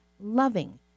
loving